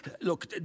Look